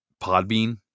Podbean